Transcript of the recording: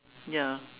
ya